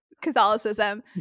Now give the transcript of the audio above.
Catholicism